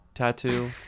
tattoo